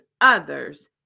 others